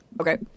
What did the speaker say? Okay